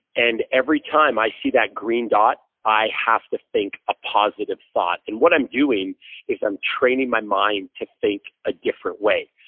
and every time i see that green dot, i have to think a positive thought and what i'm doing is i'm training my mind to think a different way.